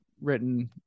written